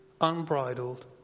unbridled